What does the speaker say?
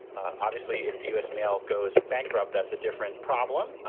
obviously, if the u s. mail goes bankrupt, that's a different problem,